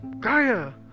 Kaya